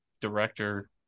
director